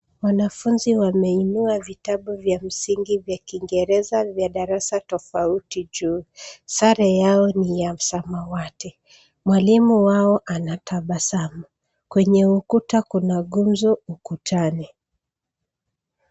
Wanafunzi wameinua vitabu vya msingi vya kiingereza vya darasa tofauti juu. Sare yao ni ya samawati. Mwalimu wao anatabasamu. Kwenye ukuta kuna ngumzo ukutani.